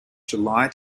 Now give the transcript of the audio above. july